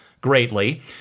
greatly